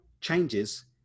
changes